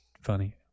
funny